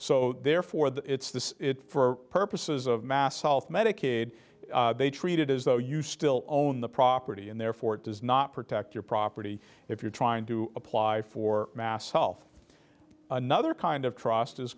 so therefore that it's this for purposes of mass health medicaid they treated as though you still own the property and therefore it does not protect your property if you're trying to apply for mass health another kind of trust is